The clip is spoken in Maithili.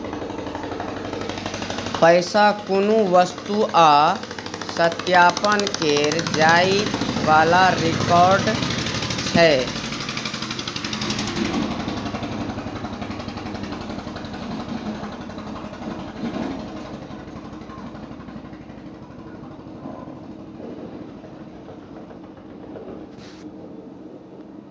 पैसा कुनु वस्तु आ सत्यापन केर जाइ बला रिकॉर्ड छै